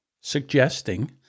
suggesting